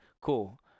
Cool